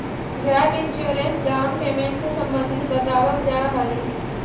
gap insurance down payment से संबंधित बतावल जाऽ हई